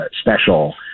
special